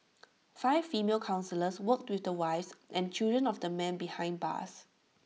five female counsellors worked to the wives and children of the men behind bars